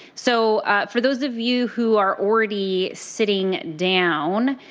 so for those of you who are already sitting down,